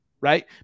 right